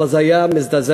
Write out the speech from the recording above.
אבל זה היה מזעזע.